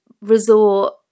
resort